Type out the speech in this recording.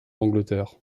d’angleterre